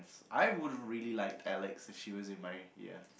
I would really like Alex if she was in my